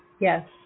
Yes